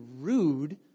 rude